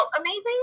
amazing